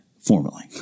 Formally